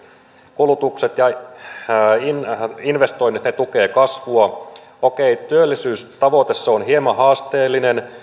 kulutus ja investoinnit tukevat kasvua okei työllisyystavoite on hieman haasteellinen